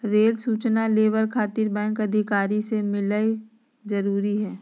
Rail सूचना labour खातिर bank अधिकारी से मिलक जरूरी है?